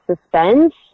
suspense